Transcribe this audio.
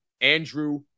Andrew